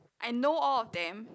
I know all of them